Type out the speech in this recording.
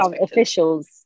officials